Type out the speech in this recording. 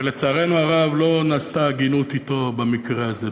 ולצערנו הרב לא נעשתה הגינות אתו במקרה הזה,